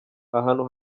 ahantu